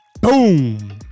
Boom